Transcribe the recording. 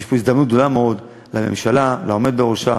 ויש פה הזדמנות גדולה מאוד לממשלה, לעומד בראשה,